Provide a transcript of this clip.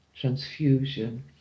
transfusion